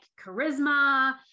charisma